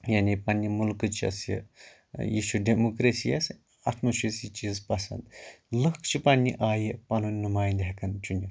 یعنی پَننہِ مُلکٕچ یۄس یہِ یہِ چھُ ڈیموکرٛیسی اسہِ اتھ منٛز چھُ اسہِ یہِ چیٖز پَسنٛد لُکھ چھِ پَننہِ آیہِ پَنُن نُمایِنٛدٕ ہیکان چُنِتھ